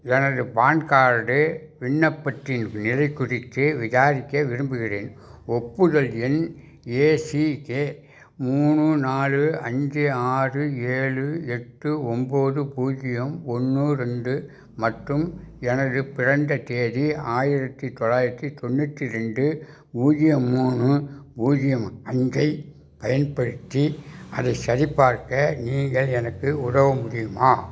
எனது PAN card விண்ணப்பத்தின் நிலை குறித்து விசாரிக்க விரும்புகின்றேன் ஒப்புதல் எண் ஏசிகே மூணு நாலு அஞ்சு ஆறு ஏழு எட்டு ஒன்போது பூஜ்ஜியம் ஒன்று ரெண்டு மற்றும் எனது பிறந்ததேதி ஆயிரத்தி தொள்ளாயிரத்தி தொண்ணூற்றி ரெண்டு பூஜ்ஜியம் மூணு பூஜ்ஜியம் அஞ்சை பயன்படுத்தி அதை சரிபார்க்க நீங்கள் எனக்கு உதவ முடியுமா